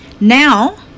Now